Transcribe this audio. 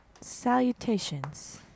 salutations